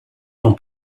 son